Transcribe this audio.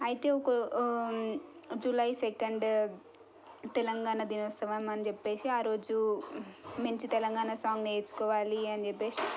అయితే ఒక ఊ జూలై సెకండ్ తెలంగాణ దినోత్సవం అని చెప్పేసి ఆ రోజు మంచి తెలంగాణ సాంగ్ నేర్చుకోవాలి అని చెప్పేసి